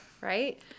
Right